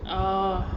oh